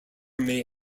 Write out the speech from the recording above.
may